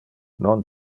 non